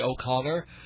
O'Connor